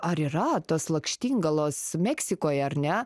ar yra tos lakštingalos meksikoje ar ne